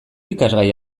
ikasgai